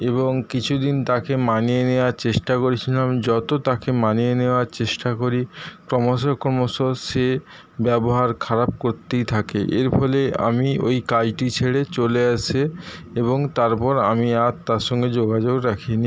এবং কিছুদিন তাকে মানিয়ে নেওয়ার চেষ্টা করেছিলাম যত তাকে মানিয়ে নেওয়ার চেষ্টা করি ক্রমশ ক্রমশ সে ব্যবহার খারাপ করতেই থাকে এর ফলে আমি ওই কাজটি ছেড়ে চলে আসি এবং তারপর আমি আর তার সঙ্গে যোগাযোগ রাখি